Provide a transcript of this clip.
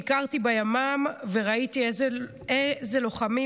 ביקרתי בימ"מ וראיתי אילו לוחמים,